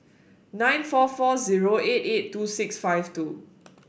nine four four zero eight eight two six five two